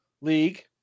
league